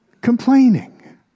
Complaining